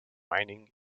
mining